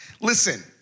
Listen